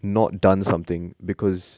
not done something because